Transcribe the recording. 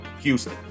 Houston